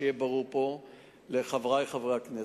שיהיה פה ברור לחברי חברי הכנסת,